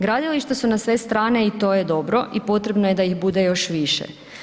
Gradilišta su na strane i to je dobro i potrebno je da ih bude još više.